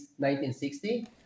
1960